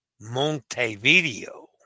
Montevideo